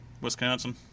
Wisconsin